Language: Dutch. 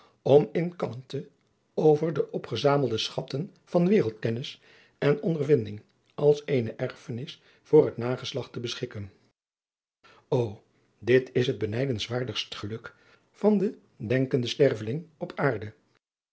om in kalmte over de opgezamelde schatten van wereldkennis en ondervinding als eene erfenis voor het nageslacht te beschikken o dit is het benijdenswaardigst geluk van den denkenden sterveling op aarde